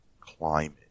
climate